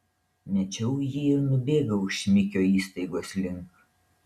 mečiau jį ir nubėgau šmikio įstaigos link